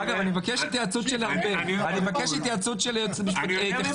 אגב, אני מבקש התייחסות של היועצת המשפטית.